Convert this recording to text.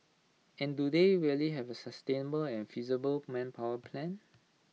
and do they really have A sustainable and feasible manpower plan